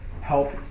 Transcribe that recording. help